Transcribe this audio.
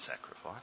sacrifice